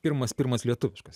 pirmas pirmas lietuviškas